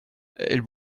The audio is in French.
elles